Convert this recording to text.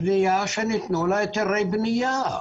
בנייה שניתנו לה היתרי בנייה.